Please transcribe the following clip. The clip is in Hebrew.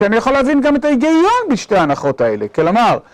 ואני יכול להבין גם את ההיגיון בשתי ההנחות האלה, כלומר...